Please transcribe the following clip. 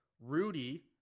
Rudy